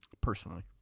Personally